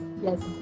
yes